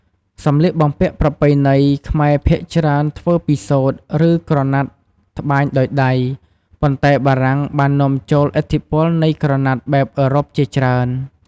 សម្លៀកបំំពាក់ប្រពៃណីខ្មែរភាគច្រើនធ្វើពីសូត្រ ឬ ក្រណាត់ត្បាញដោយដៃ ប៉ុន្តែបារាំងបាននាំចូលឥទ្ធិពលនៃក្រណាត់បែបអឺរ៉ុបជាច្រើន។